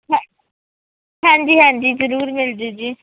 ਹਾ ਹਾਂਜੀ ਹਾਂਜੀ ਜ਼ਰੂਰ ਮਿਲ ਜੂ ਜੀ